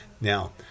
Now